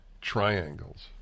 Triangles